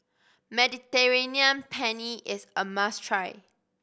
Mediterranean Penne is a must try